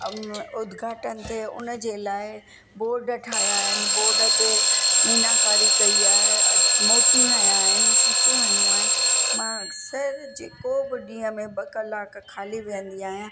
जो उदघाटन थिए उन जे लाइ बोर्ड ठाहिया आहिनि बोर्ड ते बोर्ड ते मां कारीगरी कई आहे मोती हयां आहिनि सिपूं हयूं आहिनि मां सर जेको बि ॾींहं में ॿ कलाक खाली वेहंदी आहियां